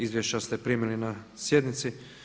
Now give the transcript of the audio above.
Izvješća ste primili na sjednici.